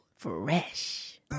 Fresh